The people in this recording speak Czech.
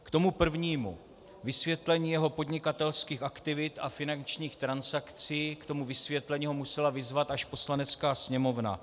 K tomu prvnímu, vysvětlení jeho podnikatelských aktivit a finančních transakcí, k tomu vysvětlení ho musela vyzvat až Poslanecká sněmovna.